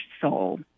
soul